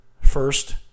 First